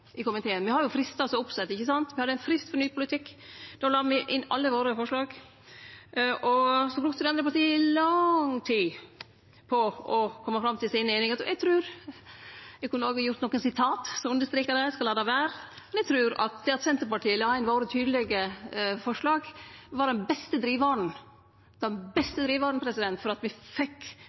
i komiteen. Me har fristar som er sette opp. Me hadde ein frist for ny politikk, og då la me inn alle våre forslag. Så brukte dei andre partia lang tid på å kome fram til si einighet. Eg kunne ha kome med nokre sitat som understreka det, det skal eg la vere, men eg trur at det at Senterpartiet la inn sine tydelege forslag, var den beste drivaren for at me fekk fram desse vedtaka. Elles kunne det vore at